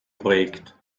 projekt